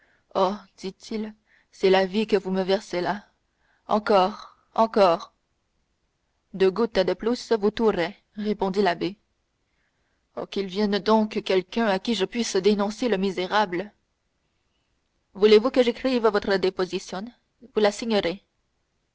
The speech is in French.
oh dit-il c'est la vie que vous me versez là encore encore deux gouttes de plus vous tueraient répondit l'abbé oh qu'il vienne donc quelqu'un à qui je puisse dénoncer le misérable voulez-vous que j'écrive votre déposition vous la signerez